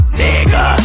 nigga